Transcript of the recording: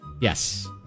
Yes